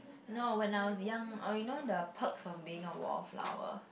no when I was young oh you know the Perks of Being a Wallflower